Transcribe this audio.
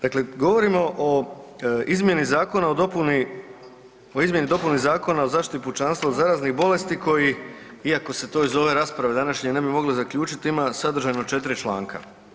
Dakle, govorimo o izmjeni Zakona o dopuni, o izmjeni i dopuni Zakona o zaštiti pučanstva od zaraznih bolesti koji iako se to iz ove rasprave današnje ne bi moglo zaključiti ima sadržajno 4 članka.